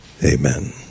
Amen